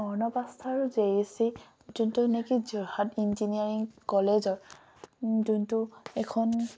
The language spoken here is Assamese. অৰ্ণৱ আস্থা আৰু জে ই চি যোনটো নেকি যোৰহাট ইঞ্জিনিয়াৰিং কলেজৰ যোনটো এখন